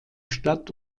stadt